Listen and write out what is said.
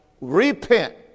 repent